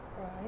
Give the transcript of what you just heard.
Right